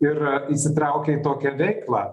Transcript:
ir įsitraukia į tokią veiklą